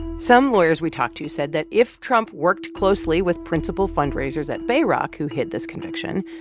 some lawyers we talked to said that if trump worked closely with principal fundraisers at bayrock who hid this connection,